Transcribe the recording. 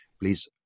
please